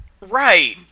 Right